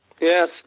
Yes